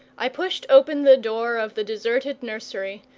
i pushed open the door of the deserted nursery,